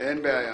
אין בעיה.